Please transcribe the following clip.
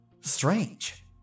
Strange